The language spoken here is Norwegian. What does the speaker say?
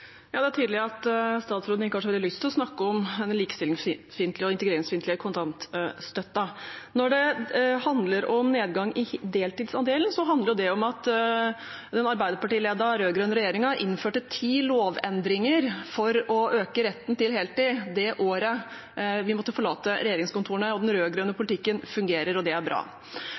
Det er tydelig at statsråden ikke har så veldig lyst til å snakke om den likestillingsfiendtlige og integreringsfiendtlige kontantstøtten. Når det gjelder nedgang i deltidsandelen, handler det om at den Arbeiderparti-ledede rød-grønne regjeringen innførte ti lovendringer for å øke retten til heltid det året vi måtte forlate regjeringskontorene. Den rød-grønne politikken fungerer, og det er bra.